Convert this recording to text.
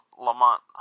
Lamont